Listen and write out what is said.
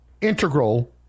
integral